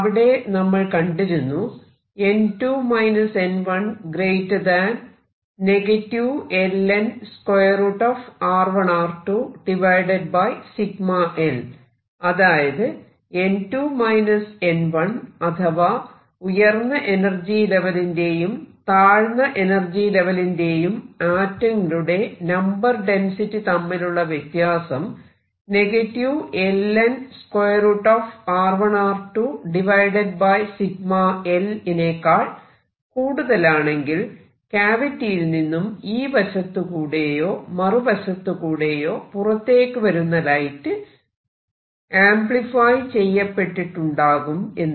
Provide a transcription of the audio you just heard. അവിടെ നമ്മൾ കണ്ടിരുന്നു അതായത് അഥവാ ഉയർന്ന എനർജി ലെവലിന്റെയും താഴ്ന്ന എനർജി ലെവലിന്റെയും ആറ്റങ്ങളുടെ നമ്പർ ഡെൻസിറ്റി തമ്മിലുള്ള വ്യത്യാസം ln√σL നേക്കാൾ കൂടുതലാണെങ്കിൽ ക്യാവിറ്റിയിൽ നിന്നും ഈ വശത്തു കൂടെയോ മറുവശത്തുകൂടെയോ പുറത്തേക്കു വരുന്ന ലൈറ്റ് ആംപ്ലിഫൈ ചെയ്യപ്പെട്ടിട്ടുണ്ടാകും എന്ന്